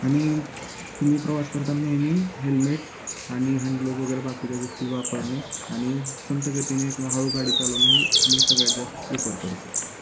आणि तुम्ही प्रवास करताना नेहमी हेल्मेट आणि हँडग्लोवज वगैरे बाकीच्या गोष्टी वापरणे आणि संथगतीने किंवा हळू गाडी चालवणं हे मी सगळ्यात जास्त प्रिफर करतो